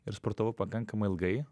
ir sportavau pakankamai ilgai